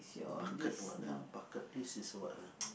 bucket what ah bucket list is what ah